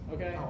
Okay